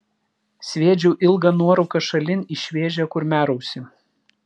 sviedžiau ilgą nuorūką šalin į šviežią kurmiarausį